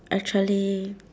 actually